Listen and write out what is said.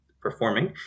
performing